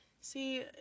See